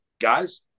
guys